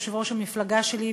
יושב-ראש המפלגה שלי,